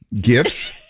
Gifts